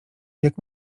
jak